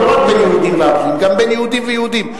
לא רק בין יהודים לערבים אלא גם בין יהודים ליהודים,